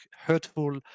hurtful